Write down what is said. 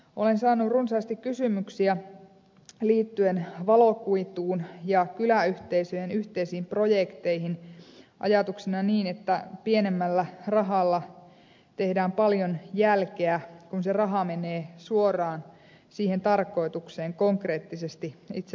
olen saanut runsaasti kysymyksiä liittyen valokuituun ja kyläyhteisöjen yhteisiin projekteihin ajatuksena niin että pienemmällä rahalla tehdään paljon jälkeä kun se raha menee suoraan siihen tarkoitukseen konkreettisesti itse laajakaistaverkon rakentamiseen